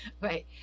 Right